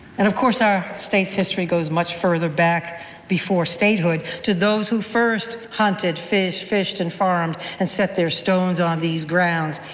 and of course, our state's history goes much further back before statehood to those who first hunted, fished, and farmed, and set their stones on these grounds.